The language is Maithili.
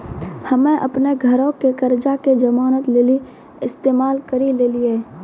हम्मे अपनो घरो के कर्जा के जमानत लेली इस्तेमाल करि लेलियै